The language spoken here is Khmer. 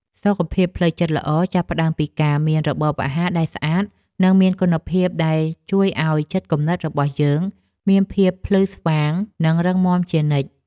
សុខភាពផ្លូវចិត្តល្អចាប់ផ្តើមពីការមានរបបអាហារដែលស្អាត និងមានគុណភាពដែលជួយឲ្យចិត្តគំនិតរបស់យើងមានភាពភ្លឺស្វាងនិងរឹងមាំជានិច្ច។